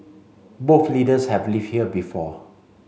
both leaders have live here before